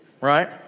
Right